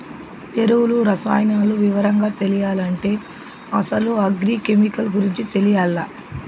ఎరువులు, రసాయనాలు వివరంగా తెలియాలంటే అసలు అగ్రి కెమికల్ గురించి తెలియాల్ల